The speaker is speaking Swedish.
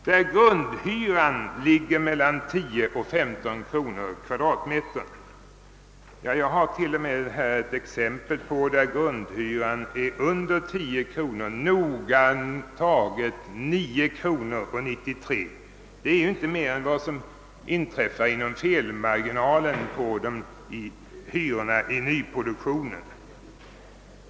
där grundhyran ligger på mellan 10 och 15 kronor kvadratmetern. Ja, jag har t.o.m. ett exempel där grundhyran understiger 10 kronor; den ligger närmare bestämt vid 9:93, vilket inte är mer än vad som kan utgöra felmarginalen vid fastställandet av hyrorna i nyproduktionen.